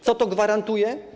Co to gwarantuje?